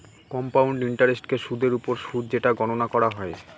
compound ইন্টারেস্টকে সুদের ওপর সুদ যেটা গণনা করা হয়